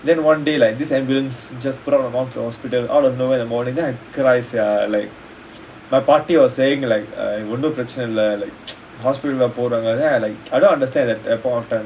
then one day like this ambulance just put up my mum to hospital out of nowhere in the morning then could I cry sia like my பாட்டி:paatdi was saying ஒன்னும்பிரச்னைஇல்ல:onnum prachana illa like போறதால:porathala then I like I don't understand at that point of time